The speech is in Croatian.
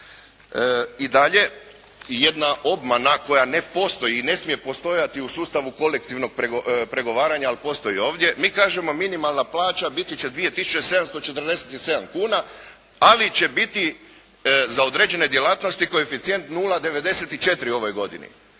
I dalje, jedna obmana koja ne postoji i ne smije postojati u sustavu kolektivnom pregovaranja, ali postoji ovdje. Mi kažemo minimalna plaća biti će 2 tisuće 747 kuna, ali će biti za određene djelatnosti koeficijent 0,94 u ovoj godini.